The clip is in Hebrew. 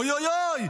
אוי אוי אוי,